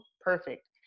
perfect